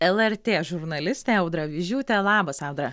lrt žurnalistė audra avižiūtė labas audra